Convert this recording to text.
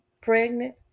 pregnant